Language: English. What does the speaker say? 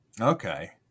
Okay